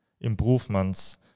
improvements